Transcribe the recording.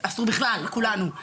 אסור בכלל לכולנו,